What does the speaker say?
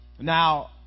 Now